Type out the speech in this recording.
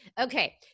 Okay